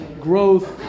growth